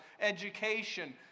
education